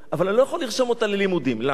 אבל אני לא יכול לרשום אותה ללימודים, למה?